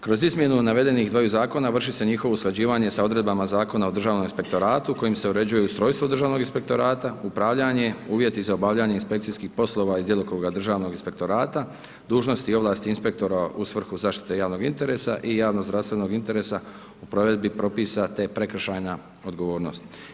Kroz izmjenu navedenih dvaju Zakona, vrši se njihovo usklađivanje sa odredbama Zakona o državnom inspektoratu, kojim se uređuju ustrojstvo Državnog inspektorata, upravljanje, uvjeti za obavljanje inspekcijskih poslova iz djelokruga Državnog inspektorata, dužnosti i ovlasti inspektora u svrhu zaštite javnog interesa i javno zdravstvenog interesa u provedbi propisa, te prekršajna odgovornost.